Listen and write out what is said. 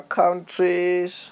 countries